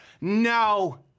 No